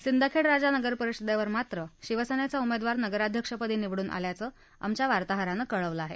सिंदखेड राजा नगर परिषदेवर मात्र शिवसेनेचा उमेदवार नगराध्यक्षपदी निवडुन आल्याचं आमच्या वार्ताहरानं कळवलं आहे